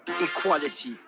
equality